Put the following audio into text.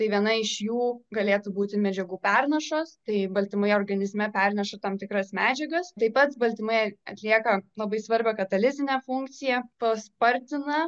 tai viena iš jų galėtų būti medžiagų pernašos tai baltymai organizme perneša tam tikras medžiagas taip pat baltymai atlieka labai svarbią katalizinę funkciją paspartina